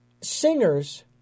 singers